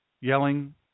yelling